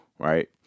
right